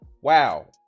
wow